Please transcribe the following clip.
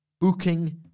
Booking